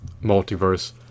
multiverse